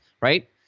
Right